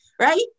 right